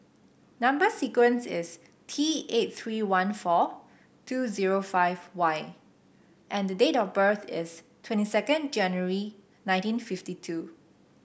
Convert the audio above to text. number sequence is T eight three one four two zero five Y and the date of birth is twenty second January nineteen fifty two